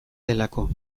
delako